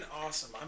awesome